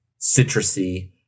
citrusy